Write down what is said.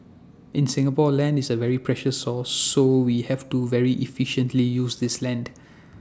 in Singapore land is A very precious source so we have to very efficiently use this land